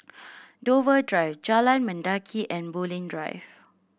Dover Drive Jalan Mendaki and Bulim Drive